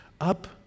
up